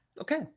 Okay